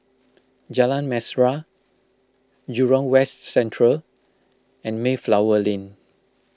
Jalan Mesra Jurong West Central and Mayflower Lane